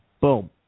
Boom